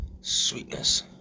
Sweetness